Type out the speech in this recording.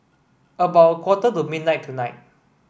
about a quarter to midnight tonight